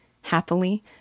happily